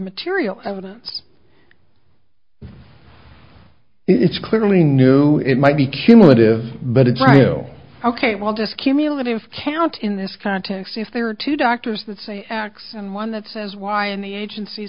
material evidence it's clearly new it might be cumulative but it's right you ok well just cumulative count in this context if there are two doctors that say x and one that says why in the agency